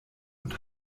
und